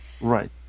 Right